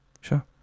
sure